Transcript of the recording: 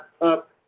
up